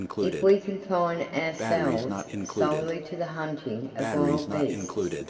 if we confine ourselves solely to the hunting of wild beasts,